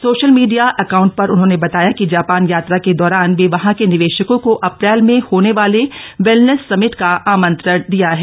सो ाल media account पर उन्होंने बताया कि जापान यात्रा के दौरान वे वहां के निवे ाकों को अप्रैल में होने वाले वेलनेस समिट का आमंत्रण दिया है